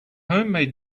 homemade